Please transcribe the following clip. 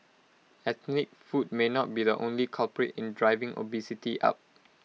ethnic food may not be the only culprit in driving obesity up